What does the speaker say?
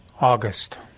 August